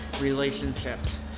relationships